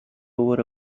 over